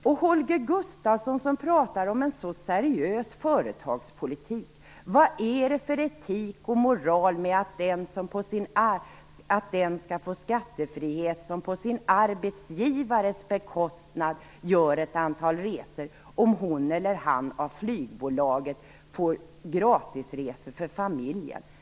Och Holger Gustafsson som pratar om en så seriös företagspolitik - vad är det för etik och moral med att den skall få skattefrihet som på sin arbetsgivares bekostnad gör ett antal resor och av flygbolaget får gratisresor för familjen?